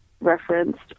referenced